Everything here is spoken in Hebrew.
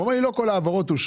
הוא אמר לי שלא כל ההעברות אושרו,